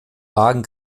wagen